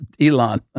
Elon